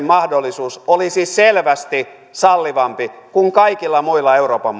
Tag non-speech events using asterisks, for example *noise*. *unintelligible* mahdollisuus olisi selvästi sallivampi kuin kaikilla muilla euroopan *unintelligible*